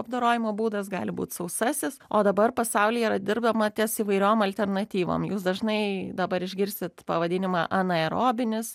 apdorojimo būdas gali būt sausasis o dabar pasaulyje yra dirbama ties įvairiom alternatyvom jūs dažnai dabar išgirsit pavadinimą anaerobinis